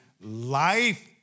life